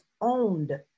owned